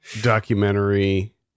documentary